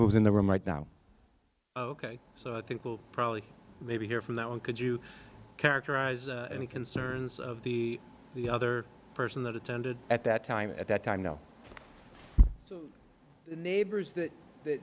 who was in the room right now ok so i think we'll probably maybe hear from that one could you characterize any concerns of the the other person that attended at that time at that time no neighbors show th